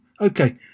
Okay